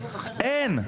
אין.